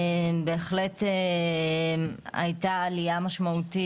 בהחלט הייתה עלייה משמעותית,